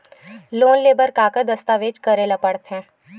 Loan ले बर का का दस्तावेज करेला पड़थे?